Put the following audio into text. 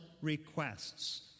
requests